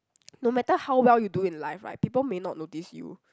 no matter how well you do in life right people may not notice you